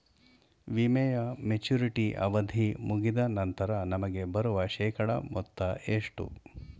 ವಿಮೆಯ ಮೆಚುರಿಟಿ ಅವಧಿ ಮುಗಿದ ನಂತರ ನಮಗೆ ಬರುವ ಶೇಕಡಾ ಮೊತ್ತ ಎಷ್ಟು?